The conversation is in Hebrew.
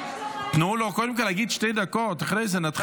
תנו לו קודם כול לדבר שתי דקות, אחרי זה נתחיל.